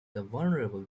vulnerable